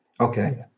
Okay